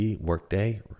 workday